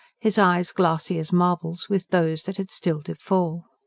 his eyes glassy as marbles with those that had still to fall.